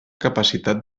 capacitat